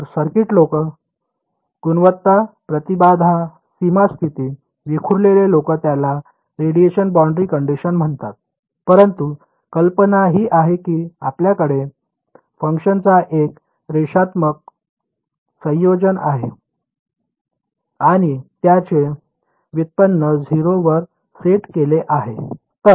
तर सर्किट लोक गुणवत्ता प्रतिबाधा सीमा स्थिती विखुरलेले लोक त्याला रेडिएशन बाउंड्री कंडीशन म्हणतात परंतु कल्पना ही आहे की आपल्याकडे फंक्शनचा एक रेषात्मक संयोजन आहे आणि त्याचे व्युत्पन्न 0 वर सेट केले आहे